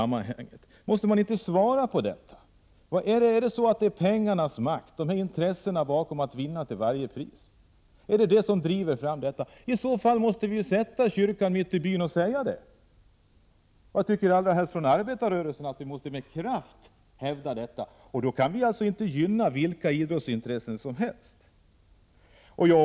Måste man inte svara på den frågan? Är det pengarnas makt, intresset att vinna till varje pris, som driver fram denna utveckling? I så fall måste vi sätta kyrkan mitt i byn och säga det — och jag tycker att vi särskilt från arbetarrörelsen med kraft måste säga detta. Då kan vi alltså inte gynna vilka idrottsintressen som helst.